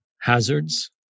hazards